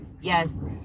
yes